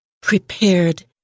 prepared